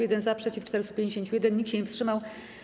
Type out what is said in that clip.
1 - za, przeciw - 451, nikt się nie wstrzymał.